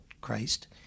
Christ